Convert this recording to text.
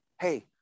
Hey